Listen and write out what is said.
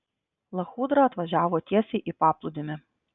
lachudra atvažiavo tiesiai į paplūdimį